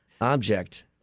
object